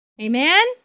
Amen